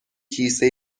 کیسه